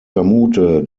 vermute